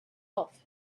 off